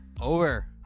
over